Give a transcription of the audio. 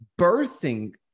birthing